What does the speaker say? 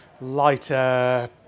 lighter